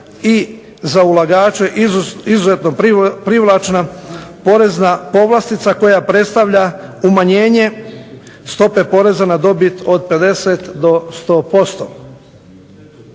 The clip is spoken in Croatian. i za ulagače izuzetno privlačna porezna povlastica koja predstavlja umanjenje stope poreza na dobit od 50 do 100%.